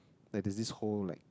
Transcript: that disease hold like